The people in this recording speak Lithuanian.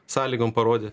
sąlygom parodė